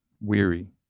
weary